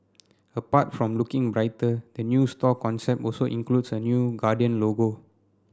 apart from looking brighter the new store concept also includes a new Guardian logo